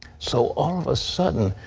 so all of a sudden